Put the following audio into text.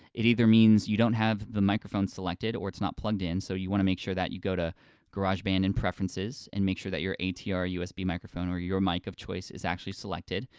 it either means you don't have the microphone selected, or it's not plugged in, so you wanna make sure you go to garageband and preferences, and make sure that your atr usb microphone or your mic of choice is actually selected.